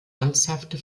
ernsthafte